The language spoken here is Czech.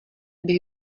bych